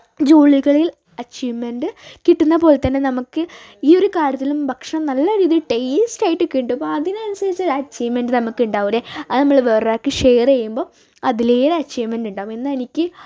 ജോലികളിൽ അച്ചീവ്മെൻറ് കിട്ടുന്നപോലത്തന്നെ നമുക്ക് ഈ ഒരു കാര്യത്തിലും ഭക്ഷണം നല്ല രീതിയിൽ ടേസ്റ്റായിട്ട് കിട്ടുമ്പം അതിനനുസരിച്ച് അച്ചീവ്മെൻറ് നമുക്കുണ്ടാവൂലേ അത് നമ്മള് വേറൊരാൾക്ക് ഷെയറ് ചെയ്യുമ്പോൾ അതിലേറെ അച്ചീവ്മെൻ്റുണ്ടാകും ഇന്നെനിക്ക്